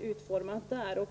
utformas där.